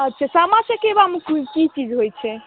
अच्छा सामा चकेबामे मुख्य कि चीज होइ छै